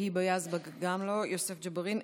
היבה יזבק, גם לא, יוסף ג'בארין.